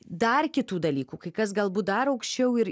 dar kitų dalykų kai kas galbūt dar aukščiau ir